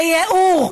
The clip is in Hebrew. לייעור,